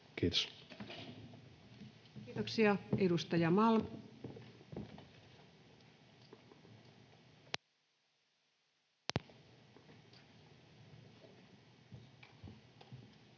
Content: Kiitoksia. — Edustaja Malm.